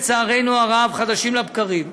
לצערנו הרב, חדשים לבקרים,